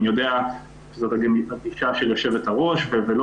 אני יודע שזו גם הגישה של יושבת הראש ולא